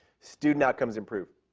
student outcomes improve.